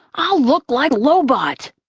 i'll look like lobot! but